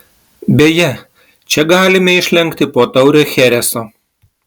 beje čia galime išlenkti po taurę chereso